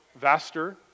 vaster